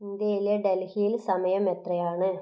ഇന്ത്യയിലെ ഡൽഹിയിൽ സമയം എത്രയാണ്